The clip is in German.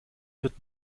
wird